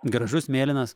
gražus mėlynas